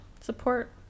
Support